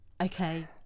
okay